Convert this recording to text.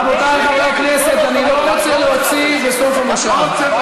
רבותי חברי הכנסת, אני לא רוצה להוציא בסוף המושב.